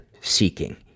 seeking